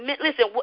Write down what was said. listen